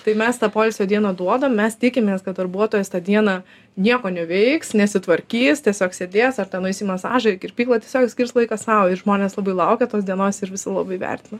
tai mes tą poilsio dieną duodam mes tikimės kad darbuotojas tą dieną nieko neveiks nesitvarkys tiesiog sėdės ar ten nueis į masažą į kirpykla tiesiog skirs laiką sau ir žmonės labai laukia tos dienos ir visi labai vertina